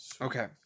okay